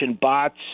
bots